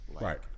Right